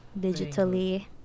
digitally